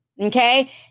Okay